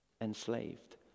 Enslaved